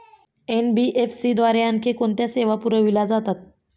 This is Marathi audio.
एन.बी.एफ.सी द्वारे आणखी कोणत्या सेवा पुरविल्या जातात?